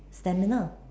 stamina